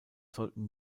sollten